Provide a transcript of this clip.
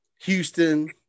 Houston